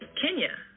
Kenya